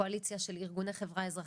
קואליציה של ארגוני חברה אזרחית,